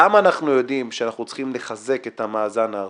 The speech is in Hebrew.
למה אנחנו יודעים שאנחנו צריכים לחזק את המאזן ההרתעתי?